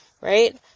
right